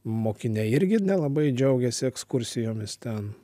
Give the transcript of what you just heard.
mokiniai irgi nelabai džiaugėsi ekskursijomis ten